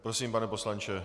Prosím, pane poslanče.